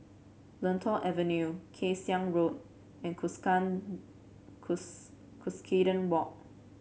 Lentor Avenue Kay Siang Road and Cuscaden Walk